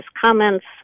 comments